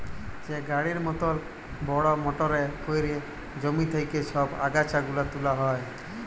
যে গাড়ির মতল বড়হ মটরে ক্যইরে জমি থ্যাইকে ছব আগাছা গুলা তুলা হ্যয়